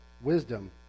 wisdom